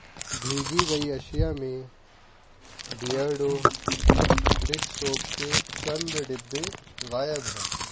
بھیجی گئی اشیا میں بیئرڈو برک سوپ کے چند ڈبے غائب ہیں